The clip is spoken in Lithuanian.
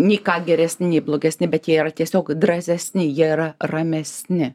nei ką geresni nei blogesni bet jie yra tiesiog drąsesni jie yra ramesni